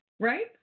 right